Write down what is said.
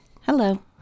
Hello